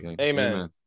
Amen